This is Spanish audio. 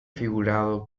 figurado